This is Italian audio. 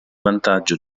vantaggio